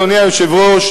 אדוני היושב-ראש,